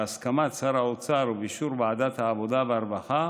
בהסכמת שר האוצר ובאישור ועדת העבודה והרווחה,